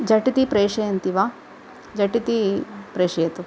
झटिति प्रेषयन्ति वा झटिती प्रेषयतु